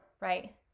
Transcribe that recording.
right